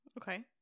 Okay